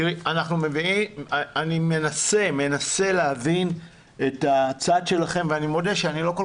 אני מנסה להבין את הצד שלכם ואני מודה שאני לא כל